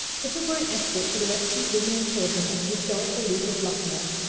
if it were an escort for the rescued women and children at the historic relief of lucknow,